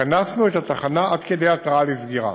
קנסנו את התחנה עד כדי התראה מפני סגירה.